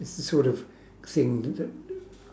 this is the sort of thing that